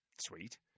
Sweet